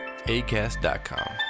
Acast.com